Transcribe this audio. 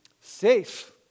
Safe